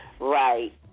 Right